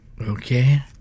Okay